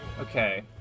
Okay